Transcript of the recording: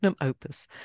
opus